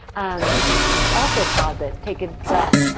um also pause it, take a breath,